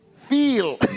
Feel